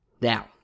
Now